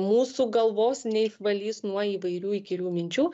mūsų galvos neišvalys nuo įvairių įkyrių minčių